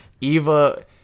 Eva